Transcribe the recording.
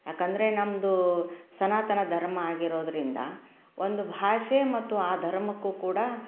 ಯಾಕಂದರೆ ನಮ್ಮದು ಸನಾತನ ಧರ್ಮ ಆಗಿರೋದರಿಂದ ಒಂದು ಭಾಷೆ ಮತ್ತು ಆ ಧರ್ಮಕ್ಕೂ ಕೂಡ